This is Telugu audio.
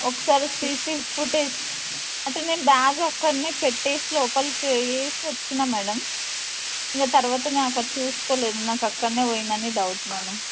ఒకసారి సీసీ ఫుటేజ్ అంటే నేను బ్యాగ్ అక్కడ పెట్టి లోపలికి పోయి వచ్చిన మ్యాడమ్ ఇంక తర్వాత నేను అక్కడ చూసుకోలేదు నాకు అక్కడనే పోయిందని డౌట్ మ్యాడమ్